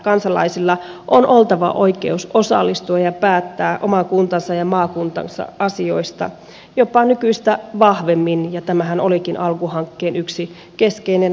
kansalaisilla on oltava oikeus osallistua ja päättää oman kuntansa ja maakuntansa asioista jopa nykyistä vahvemmin ja tämähän olikin alku hankkeen yksi keskeinen tarkoitus